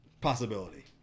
possibility